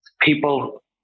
people